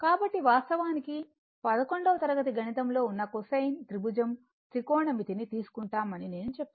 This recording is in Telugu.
కాబట్టి వాస్తవానికి 11 వ తరగతి గణితంలో ఉన్న కొసైన్ త్రిభుజం త్రికోణమితిని తీసుకుంటామని నేను చెప్పాను